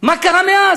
מה קרה מאז?